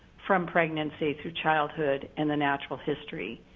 from pregnancy through childhood in the natural history.